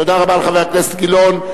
תודה לחבר הכנסת גילאון.